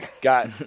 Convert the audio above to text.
got